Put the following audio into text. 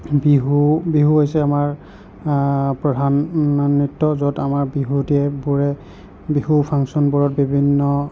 বিহু বিহু হৈছে আমাৰ প্ৰধান নৃত্য আমাৰ য'ত বিহুৱতীবোৰে বিহু ফাংচনবোৰত বিভিন্ন